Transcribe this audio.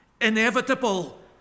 inevitable